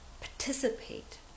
participate